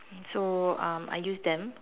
so um I use them